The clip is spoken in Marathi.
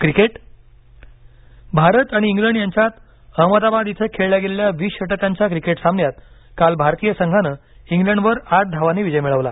क्रिकेट भारत आणि इंग्लंड यांच्यात अहमदाबाद इथं खेळल्या गेलेल्या वीस षटकांच्या क्रिकेट सामन्यात काल भारतीय संघानं इंग्लंडवर आठ धावांनी विजय मिळवला